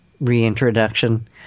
reintroduction